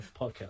podcast